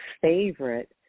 favorite